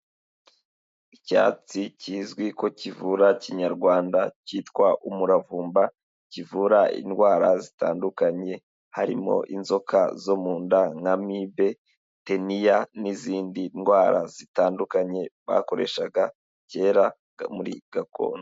Icyatsi kizwi ko kivura kinyarwanda cyitwa umuravumba, kivura indwara zitandukanye, harimo inzoka zo mu nda nka mibe, teniya, n'izindi ndwara zitandukanye bakoreshaga kera muri gakondo.